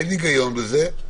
אין היגיון בזה.